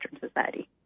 society